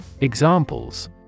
Examples